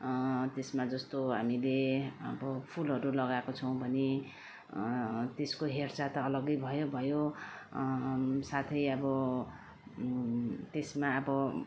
त्यसमा जस्तो हामीले अब फुलहरू लगाएको छौँ भने त्यसको हेरचाह त अलग्गै भयो भयो साथै अब त्यसमा अब